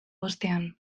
bostean